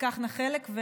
שתיקחנה חלק.